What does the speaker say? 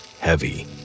Heavy